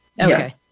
Okay